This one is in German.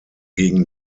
gegen